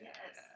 Yes